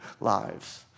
lives